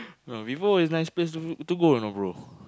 no Vivo is nice place to to go know bro